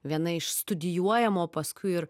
viena iš studijuojamo paskui ir